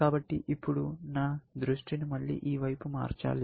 కాబట్టి ఇప్పుడు నా దృష్టిని మళ్లీ ఈ వైపు మార్చాలి